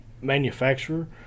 manufacturer